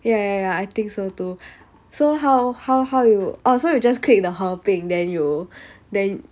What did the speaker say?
ya ya ya I think so too so how how how you oh so you just click the 合拼 then you then